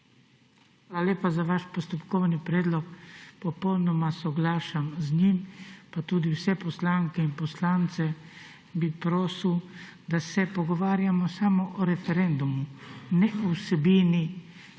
lepa za vaš postopkovni predlog. Popolnoma soglašam z njim, pa tudi vse poslanke in poslance bi prosil, da se pogovarjamo samo o referendumu, ne o vsebini,